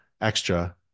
extra